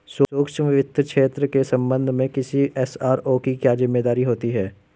सूक्ष्म वित्त क्षेत्र के संबंध में किसी एस.आर.ओ की क्या जिम्मेदारी होती है?